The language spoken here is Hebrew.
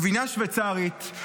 גבינה שווייצרית,